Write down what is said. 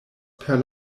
per